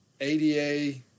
ADA